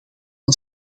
een